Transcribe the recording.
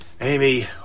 Amy